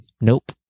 Nope